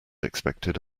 expected